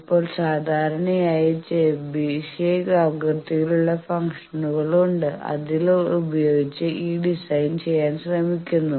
ഇപ്പോൾ സാധാരണയായി ചെബിഷെവ് ആകൃതിയിലുള്ള ഫംഗ്ഷനുകൾ ഉണ്ട് അത് ഉപയോഗിച്ച് ഈ ഡിസൈൻ ചെയ്യാൻ ശ്രമിക്കുന്നു